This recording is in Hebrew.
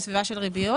על סביבה של ריביות.